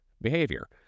behavior